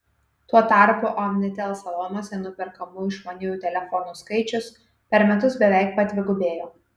tuo tarpu omnitel salonuose nuperkamų išmaniųjų telefonų skaičius per metus beveik padvigubėjo